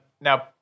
Now